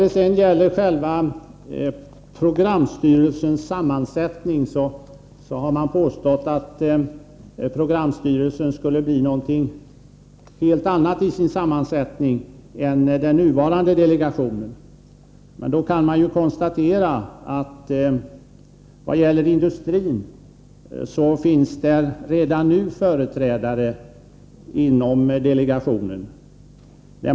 Det har sedan påståtts att programstyrelsen vad gäller sammansättningen skulle bli helt annorlunda än den nuvarande delegationen. Men det kan konstateras att det redan nu finns företrädare för industrin i delegationen.